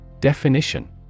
DEFINITION